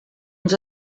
ens